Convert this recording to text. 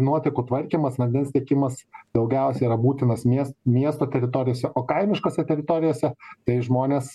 nuotekų tvarkymas vandens tiekimas daugiausia yra būtinas mies miesto teritorijose o kaimiškose teritorijose tai žmonės